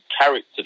character